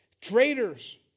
traitors